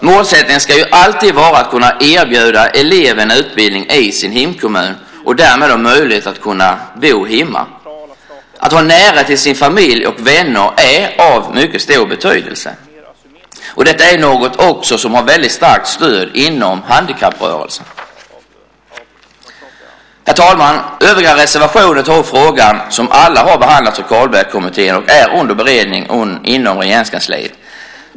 Målsättningen ska alltid vara att man ska kunna erbjuda eleverna utbildning i hemkommunen och att de därmed har möjlighet att bo hemma. Att ha närhet till familj och vänner är av mycket stor betydelse. Detta är också något som har väldigt starkt stöd inom handikapprörelsen. Herr talman! I övriga reservationer tar man upp frågor som alla har behandlats av Carlbeckkommittén och är under beredning inom Regeringskansliet.